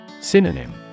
Synonym